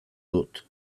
dut